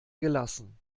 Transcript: gelassen